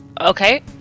okay